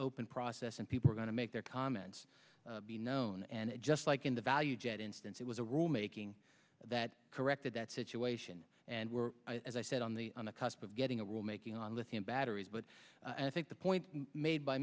open process and people are going to make their comments be known and just like in the value jet instance it was a rule making that corrected that situation and we're as i said on the on the cusp of getting a rule making on lithium batteries but i think the point